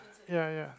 ya ya